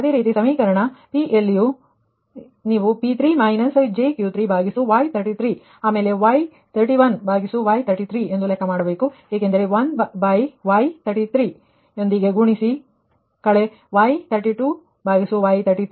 ಅದೇ ರೀತಿ ಸಮೀಕರಣ P ಯಲ್ಲಿ ನೀವು P3 jQ3Y33 ಆಮೇಲೆ Y31Y33 ಲೆಕ್ಕ ಮಾಡಿ ಯಾಕೆಂದರೆ 1Y33 ಯೊಂದಿಗೆ ಗುಣಿಸಿ ಕಳೆ Y32Y33